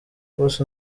bose